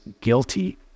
guilty